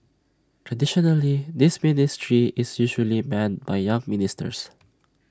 traditionally this ministry is usually manned by younger ministers